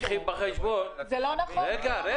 זה לא נכון.